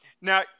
Now